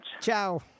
Ciao